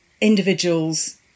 individuals